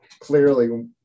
Clearly